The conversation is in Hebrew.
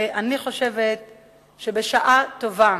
אני חושבת שבשעה טובה